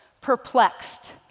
perplexed